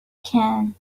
can